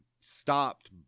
stopped